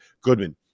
Goodman